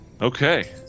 Okay